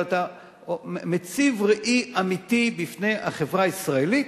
אבל אתה מציב ראי אמיתי בפני החברה הישראלית,